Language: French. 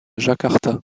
jakarta